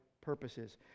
purposes